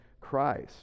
Christ